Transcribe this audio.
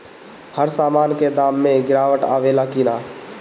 हर सामन के दाम मे गीरावट आवेला कि न?